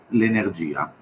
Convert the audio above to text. l'energia